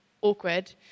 awkward